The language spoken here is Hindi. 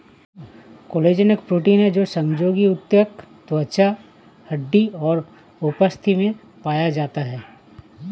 कोलेजन एक प्रोटीन है जो संयोजी ऊतक, त्वचा, हड्डी और उपास्थि में पाया जाता है